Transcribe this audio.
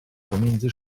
pomiędzy